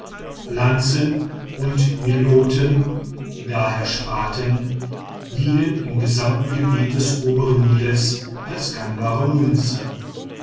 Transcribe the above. lanzen und meloten d h spaten dienen im gesamten gebiet des obern nil als gangbare münze